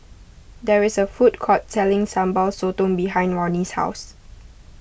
there is a food court selling Sambal Sotong behind Ronnie's house